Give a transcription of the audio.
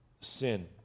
sin